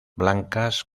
blancas